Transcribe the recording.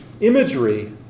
imagery